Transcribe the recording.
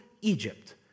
Egypt